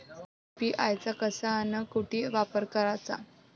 UPI चा कसा अन कुटी वापर कराचा?